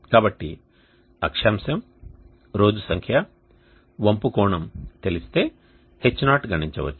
కాబట్టి అక్షాంశం రోజు సంఖ్య వంపు కోణం తెలిస్తే H0 గణించవచ్చు